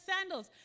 sandals